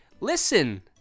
Listen